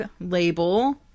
label